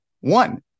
One